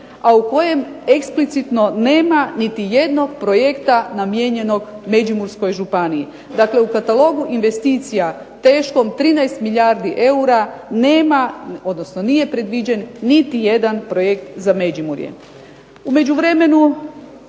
a u kojem eksplicitno nema niti jednog projekta namijenjenog Međimurskoj županiji. Dakle, u katalogu investicija teškom 13 milijardi eura, nije predviđen niti jedan projekt za međimurje. U međuvremenu